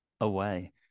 away